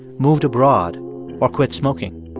moved abroad or quit smoking?